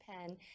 pen